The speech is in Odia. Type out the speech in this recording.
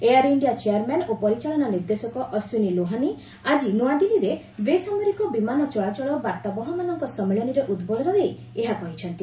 ଏୟାର୍ ଇଣ୍ଡିଆ ଚେୟାର୍ମ୍ୟାନ୍ ଓ ପରିଚାଳନା ନିର୍ଦ୍ଦେଶକ ଅଶ୍ୱିନୀ ଲୋହାନି ଆକି ନୂଆଦିଲ୍ଲୀରେ ବେସାମରିକ ବିମାନ ଚଳାଚଳ ବାର୍ତ୍ତାବହମାନଙ୍କ ସମ୍ମିଳନୀରେ ଉଦ୍ବୋଧନ ଦେଇ ଏହା କହିଛନ୍ତି